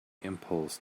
impulse